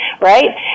right